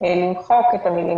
קודם כשהיו לי, הערתי.